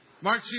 Mark